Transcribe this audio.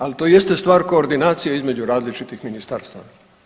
Ali to jeste stvar koordinacije između različitih ministarstava.